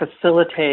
facilitate